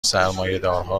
سرمایهدارها